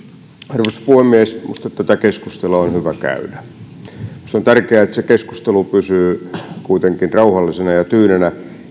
minusta tätä keskustelua on hyvä käydä on tärkeää että keskustelu pysyy kuitenkin rauhallisena ja tyynenä